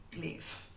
leave